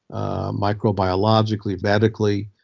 microbiologically, medically,